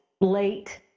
late